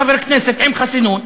חבר כנסת עם חסינות,